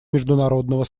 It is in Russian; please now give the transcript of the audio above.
международного